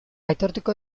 aitortuko